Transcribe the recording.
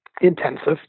intensive